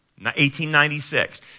1896